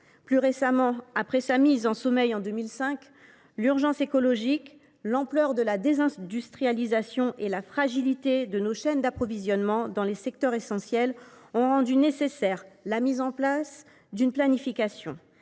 Plus récemment, après sa mise en sommeil en 2005, l’urgence écologique, l’ampleur de la désindustrialisation et la fragilité de nos chaînes d’approvisionnement dans des secteurs essentiels ont rendu nécessaire la mise en place d’une planification.